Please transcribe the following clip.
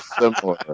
similar